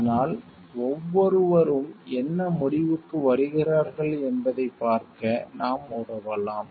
அதனால் ஒவ்வொருவரும் என்ன முடிவுக்கு வருகிறார்கள் என்பதைப் பார்க்க நாம் உதவலாம்